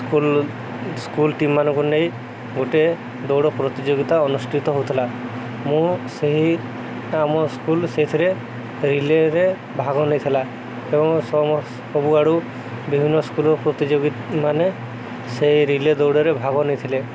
school school team ମାନଙ୍କୁ ନେଇ ଗୋଟେ ଦୌଡ଼ ପ୍ରତିଯୋଗିତା ଅନୁଷ୍ଠିତ ହଉଥିଲା ମୁଁ ସେହି ଆମ ସ୍କୁଲ ସେଇଥିରେ ରିଲରେ ଭାଗ ନେଇଥିଲା ଏବଂ ସମ ସବୁଆଡ଼ୁ ବିଭିନ୍ନ ସ୍କୁଲ ପ୍ରତିଯୋଗିମାନେ ସେଇ ରିଲେ ଦୌଡ଼ରେ ଭାଗ ନେଇଥିଲେ